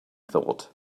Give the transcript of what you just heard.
thought